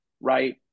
right